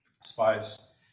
spice